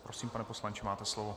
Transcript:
Prosím, pane poslanče, máte slovo.